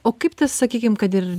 o kaip sakykim kad ir